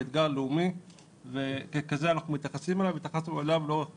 היא אתגר לאומי וככזה אנחנו מייחסים אליה והתייחסנו אליה לכל אורך הדרך.